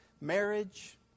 marriage